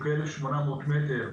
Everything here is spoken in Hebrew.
שהוא כ-1,800 מטר,